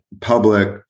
public